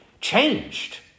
changed